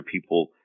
people